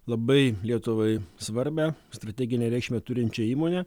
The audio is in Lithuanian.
labai lietuvai svarbią strateginę reikšmę turinčią įmonę